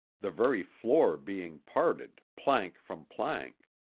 the very floor being parted, plank from plank.